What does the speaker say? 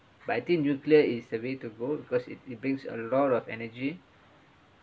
but I think nuclear is the way to go because it it brings a lot of energy